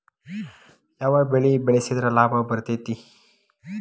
ಯಾವ ಬೆಳಿ ಬೆಳ್ಸಿದ್ರ ಲಾಭ ಬರತೇತಿ?